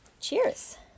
cheers